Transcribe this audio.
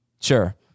Sure